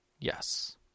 Yes